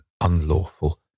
unlawful